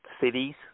cities